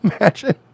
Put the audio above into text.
imagine